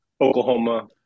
Oklahoma